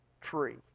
tree